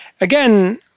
again